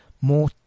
more